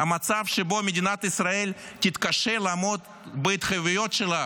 המצב שבו מדינת ישראל תתקשה לעמוד בהתחייבויות שלה